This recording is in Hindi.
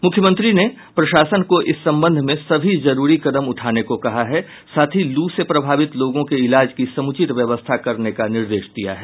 मुख्यमंत्री ने प्रशासन को इस संबंध में सभी जरूरी कदम उठाने को कहा है साथ ही लू से प्रभावित लोगों के ईलाज की समुचित व्यवस्था करने का निर्देश दिया है